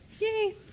Yay